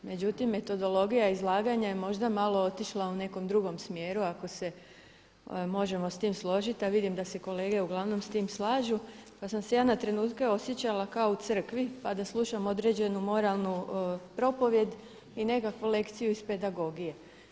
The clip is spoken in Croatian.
Međutim, metodologija izlaganja je možda malo otišla u nekom drugom smjeru ako se možemo s tim složiti a vidim da se kolege uglavnom s tim slažu pa sam se ja na trenutke osjećala kao u crkvi pa da slušam određenu moralnu propovijed i nekakvu lekciju iz pedagogije.